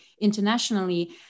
internationally